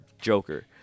Joker